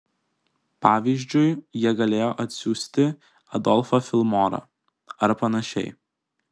pavyzdžiui jie galėjo atsiųsti adolfą filmorą ar panašiai